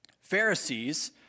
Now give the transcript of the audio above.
Pharisees